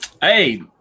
Hey